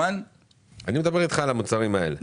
אני מדבר איתך על המוצרים האלה.